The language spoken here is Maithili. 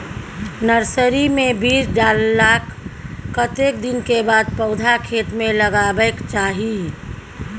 नर्सरी मे बीज डाललाक कतेक दिन के बाद पौधा खेत मे लगाबैक चाही?